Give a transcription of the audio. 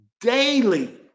daily